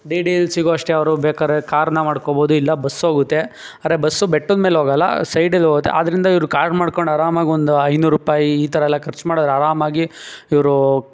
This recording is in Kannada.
ಡಿ ಡಿ ಇಲ್ಸಿಗೂ ಅಷ್ಟೆ ಅವರು ಬೇಕಾದ್ರೆ ಕಾರ್ನ ಮಾಡ್ಕೋಬೋದು ಇಲ್ಲ ಬಸ್ ಹೋಗುತ್ತೆ ಆದರೆ ಬಸ್ಸು ಬೆಟ್ಟದ ಮೇಲೆ ಹೋಗಲ್ಲ ಸೈಡಿಗೆ ಹೋಗುತ್ತೆ ಆದ್ದರಿಂದ ಇವ್ರು ಕಾರ್ ಮಾಡ್ಕೊಂಡು ಅರಾಮಾಗಿ ಒಂದು ಐನೂರು ರೂಪಾಯಿ ಈ ಥರ ಎಲ್ಲ ಖರ್ಚ್ ಮಾಡಿದ್ರೆ ಅರಾಮಾಗಿ ಇವರು